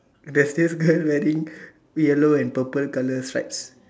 there's this girl wearing yellow and purple color stripes